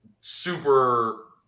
super